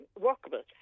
workable